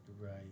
Right